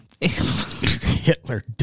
Hitler